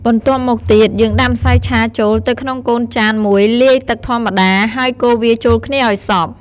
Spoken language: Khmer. បន្ទាប់មកទៀត យើងដាក់ម្សៅឆាចូលទៅក្នុងកូនចានមួយលាយទឺកធម្មតា ហើយកូរវាចូលគ្នាឱ្យសព្វ។